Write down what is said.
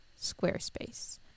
Squarespace